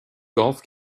golf